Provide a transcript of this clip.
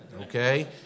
okay